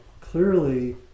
clearly